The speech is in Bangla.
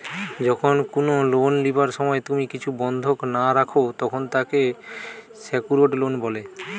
যখন কুনো লোন লিবার সময় তুমি কিছু বন্ধক না রাখো, তখন তাকে সেক্যুরড লোন বলে